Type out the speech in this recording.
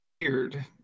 weird